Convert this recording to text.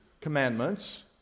commandments